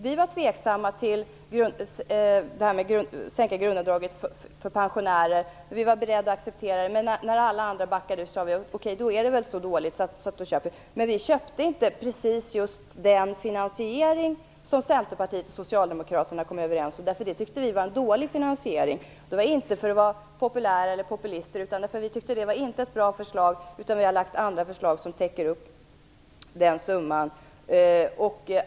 Vi var tveksamma till sänkningen av grundavdraget för pensionärer. Vi var i och för sig beredda att acceptera detta, men när alla andra backade ur sade vi att okej då är det väl dåligt. Men vi köpte inte precis just den finansiering som Socialdemokraterna och Centerpartiet kom överens om, eftersom vi tyckte att det var en dålig finansiering. Det var inte för att vara populister, utan det var för att vi tyckte att det inte var ett bra förslag. Vi har lagt fram andra förslag som täcker upp den summan.